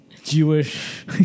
Jewish